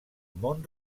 món